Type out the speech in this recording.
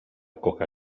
coca